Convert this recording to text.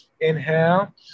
inhale